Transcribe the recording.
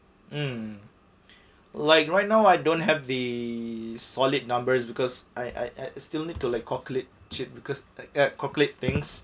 mm like right now I don't have the solid numbers because I I still need to like calculate shit because at calculate things